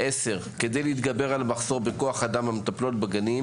כדי להתגבר על מחסור בכוח אדם המטפלות בגנים,